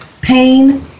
pain